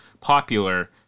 popular